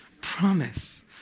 Promise